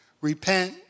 repent